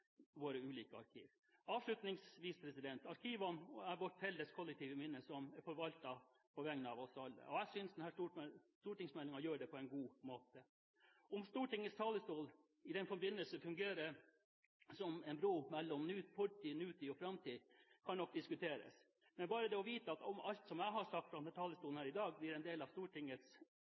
arkiv. Avslutningsvis: Arkivene er vårt felles, kollektive minne, som blir forvaltet på vegne av oss alle. Jeg synes denne stortingsmeldingen gjør det på en god måte. Om Stortingets talestol i denne forbindelse fungerer som en bro mellom fortid, nåtid og framtid, kan nok diskuteres. Men bare det å vite at alt jeg har sagt fra denne talerstolen her i dag, blir en del av